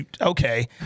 Okay